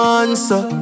answer